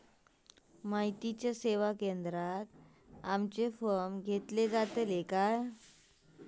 माहिती सेवा केंद्रात आमचे फॉर्म घेतले जातात काय?